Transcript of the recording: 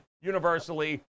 universally